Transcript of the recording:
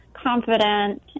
Confident